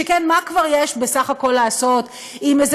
שכן מה כבר יש בסך הכול לעשות עם איזה